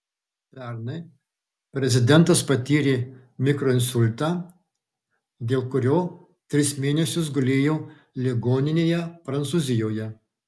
pernai prezidentas patyrė mikroinsultą dėl kurio tris mėnesius gulėjo ligoninėje prancūzijoje